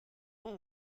one